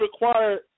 required